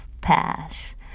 pass